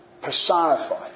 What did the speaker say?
personified